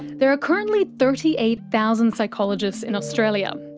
there are currently thirty eight thousand psychologists in australia.